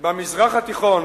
"במזרח התיכון